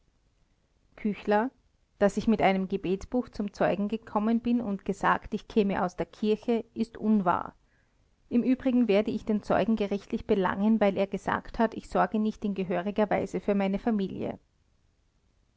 küchler daß ich mit einem gebetbuch zum zeugen gekommen bin und gesagt ich käme aus der kirche ist unwahr im übrigen werde ich den zeugen gerichtlich belangen weil er gesagt hat ich sorge nicht in gehöriger weise für meine familie